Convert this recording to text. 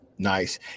Nice